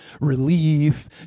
relief